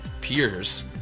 peers